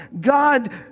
God